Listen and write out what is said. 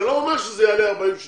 זה לא אומר שזה יעלה 43 מיליון,